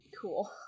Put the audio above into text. Cool